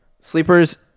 Sleepers